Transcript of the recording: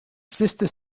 sister